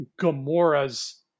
gamora's